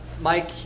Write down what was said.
Mike